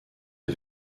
est